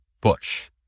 Bush